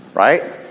right